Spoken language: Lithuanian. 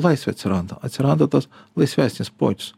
laisvė atsiranda atsiranda tas laisvesnis pojūtis